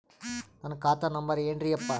ನನ್ನ ಖಾತಾ ನಂಬರ್ ಏನ್ರೀ ಯಪ್ಪಾ?